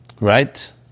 right